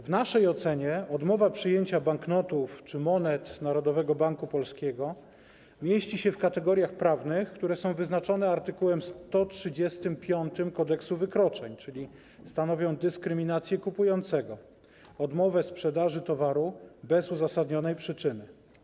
W naszej ocenie odmowa przyjęcia banknotów czy monet Narodowego Banku Polskiego mieści się w kategoriach prawnych, które są wyznaczone art. 135 Kodeksu wykroczeń, czyli stanowią dyskryminację kupującego i odmowę sprzedaży towaru bez uzasadnionej przyczyny.